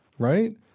right